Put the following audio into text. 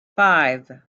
five